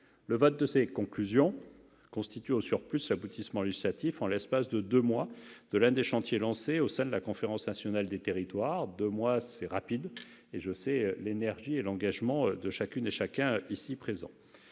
Le vote de ces conclusions constitue, au surplus, l'aboutissement législatif, atteint en l'espace de deux mois, de l'un des chantiers lancés au sein de la Conférence nationale des territoires : deux mois, c'est rapide, et je sais l'énergie et l'engagement dont ont fait preuve